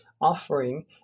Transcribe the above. offering